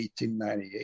1898